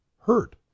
hurt